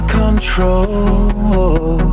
control